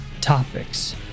topics